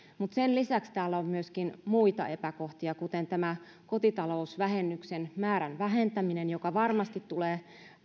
mutta sen lisäksi täällä on myöskin muita epäkohtia kuten tämä kotitalousvähennyksen määrän vähentäminen joka varmasti tulee